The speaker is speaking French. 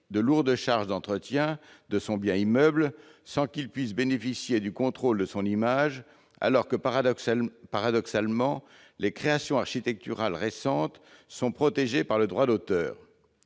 de lourdes charges d'entretien de son bien immeuble, sans qu'il puisse bénéficier du contrôle de son image, alors que, paradoxalement, les créations architecturales récentes sont protégées par le droit d'auteur.